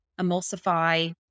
emulsify